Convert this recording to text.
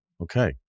Okay